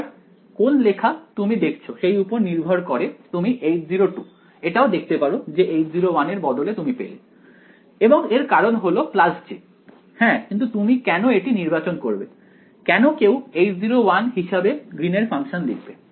আবার কোন লেখা তুমি দেখছ সেই উপর নির্ভর করে তুমি H0 এটাও দেখতে পারো যে H0এর বদলে তুমি পেলে এবং এর কারণ হলো j হ্যাঁ কিন্তু তুমি কেন এটি নির্বাচন করবে কেন কেউ H0 হিসাবে গ্রিনের ফাংশন লিখবে